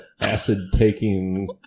acid-taking